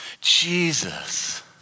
Jesus